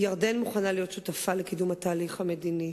ירדן מוכנה להיות שותפה לקידום תהליך המדיני,